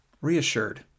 reassured